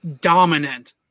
dominant